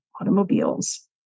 automobiles